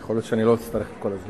יכול להיות שאני לא אצטרך את כל הזמן.